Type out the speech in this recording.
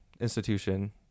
institution